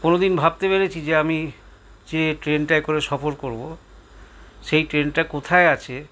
কোনদিন ভাবতে পেরেছি যে আমি যে ট্রেনটা করে সফর করব সেই ট্রেনটা কোথায় আছে